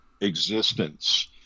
existence